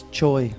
joy